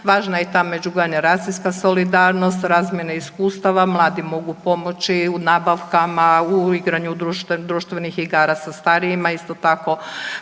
Važna je ta međugeneracijska solidarnost, razmjene iskustava, mladi mogu pomoći u nabavkama, u igranju društvenih igara sa starijima, isto tako